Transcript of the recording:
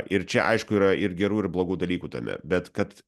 ir čia aišku yra ir gerų ir blogų dalykų tame bet kad